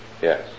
Yes